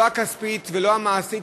לא הכספית ולא המעשית,